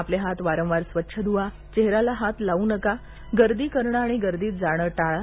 आपले हात वारंवार स्वच्छ धुवा चेहऱ्याला हात लावू नका गर्दी करणं आणि गर्दीत जाणं टाळा